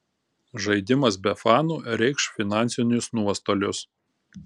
žaidimas be fanų reikš finansinius nuostolius